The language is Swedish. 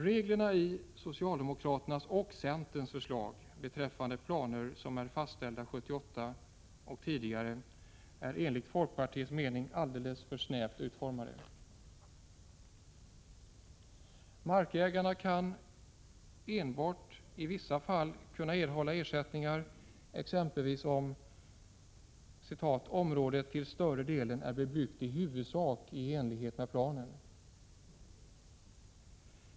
Reglerna i socialdemokraternas och centerns förslag beträffande planer som fastställts 1978 och tidigare är enligt folkpartiets mening alldeles för snävt utformade. Markägarna kan enbart i vissa fall erhålla ersättning, exempelvis om ”området till större delen är bebyggt i huvudsak i enlighet med planen”.